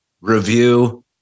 review